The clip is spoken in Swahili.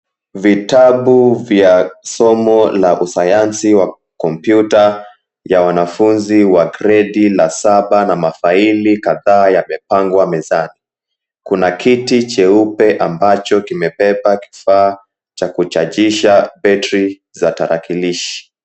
Jengo likiwa na maandishi ya kuashiria kuwa kanisa, mlango mkubwa mweupe upande wa kulia, kukiwa na mmoja wa rangi ya samawati kwa ukaribu. Watu wawili, mtu mkubwa na mdogo, wanaotembea kuelekea njia upande wa kulia na upande wa kushoto.